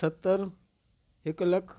सतरि हिक लखु